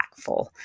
impactful